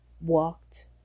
walked